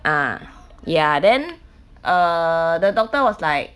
ah ya then err the doctor was like